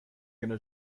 gonna